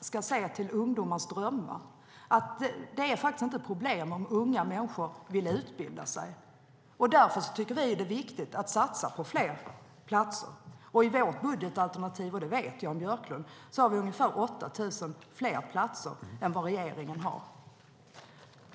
ska se till ungdomars drömmar. Det är inte ett problem om unga människor vill utbilda sig. Därför tycker vi att det är viktigt att satsa på fler platser. I vårt budgetalternativ har vi ungefär 8 000 fler platser än vad regeringen har.